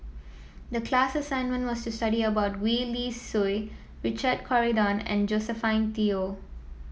the class assignment was to study about Gwee Li Sui Richard Corridon and Josephine Teo